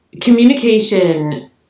Communication